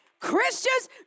Christians